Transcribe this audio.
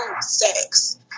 sex